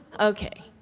okay.